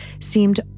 seemed